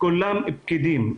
כולם פקידים.